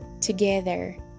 Together